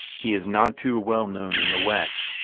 he is not too well known in the west,